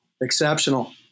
exceptional